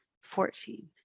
fourteen